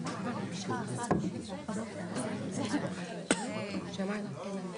משרד העלייה והקליטה החליט שהוא לא משתתף בדיון בנושא